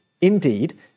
Indeed